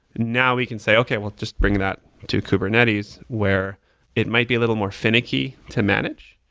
now we can say, okay, we'll just bring that to kubernetes where it might be a little more finicky to manage,